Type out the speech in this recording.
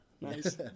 Nice